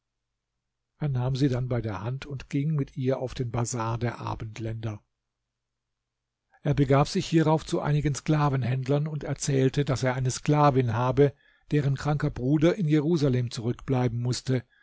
er nahm sie dann bei der hand und ging mit ihr auf den bazar der abendländer er begab sich hierauf zu einigen sklavenhändlern und erzählte daß er eine sklavin habe deren kranker bruder in jerusalem zurückbleiben mußte